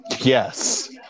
yes